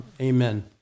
Amen